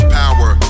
power